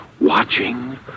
watching